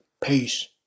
Peace